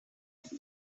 use